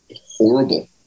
horrible